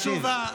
מקבלים תשובה.